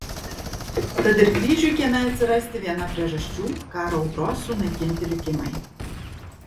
tad ir kryžiui kieme atsirasti viena priežasčių karo audros sunaikinti likimai